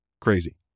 Crazy